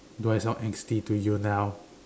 do I sound angsty to you now